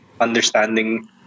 understanding